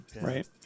right